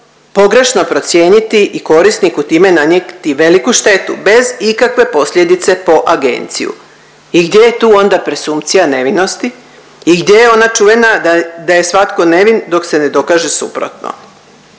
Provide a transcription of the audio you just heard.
pogrešno procijeniti i korisniku time nanijeti veliku štetu bez ikakve posljedice po agenciju i gdje je tu onda presumpcija nevinosti i gdje je ona čuvena da je svatko nevin dok se ne dokaže suprotno?